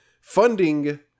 funding